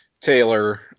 Taylor